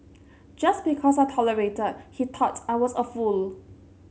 just because I tolerated he thought I was a fool